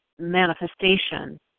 manifestation